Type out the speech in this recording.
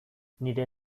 nire